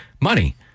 money